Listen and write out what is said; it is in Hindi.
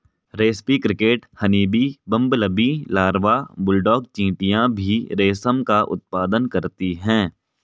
रेस्पी cricket, honeybee, bumblebee larva, bulldog चींटियां भी रेशम का उत्पादन करती हैं